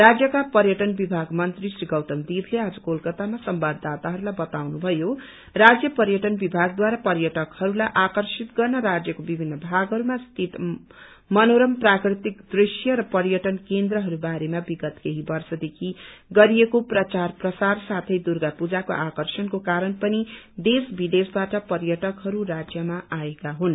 राज्यका पर्यटन विभाग मंत्री श्री गौतम देवले आज कोलकाता संवाददाताहरूलाई बताउनुभयो राजय पर्यटन विभागद्वारा पर्यटकहरूलाई आर्कषित गर्न राज्यको विभिन्न भागहरूमा स्थित मनोरम प्राकृतिक दृश्य र पर्यटन केन्द्रहरूबारेमा विगत केही वर्षदेखि गरिएको प्रचार प्रसार साथै दुर्गा पूजाके आर्कषणको कारण पनि देश विदेशबाट पर्यटकहरू राज्यमा आएका हुन्